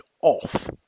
off